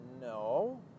No